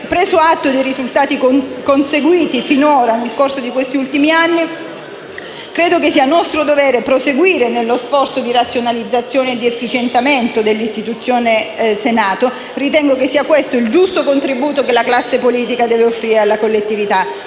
Preso atto dei risultati conseguiti nel corso degli ultimi anni, credo che sia nostro dovere proseguire nello sforzo di razionalizzazione e di efficientamento dell'istituzione Senato. Ritengo che sia questo il giusto contributo che la classe politica deve offrire alla collettività.